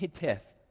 death